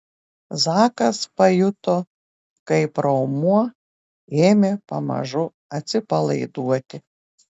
zakas pajuto kaip raumuo ėmė pamažu atsipalaiduoti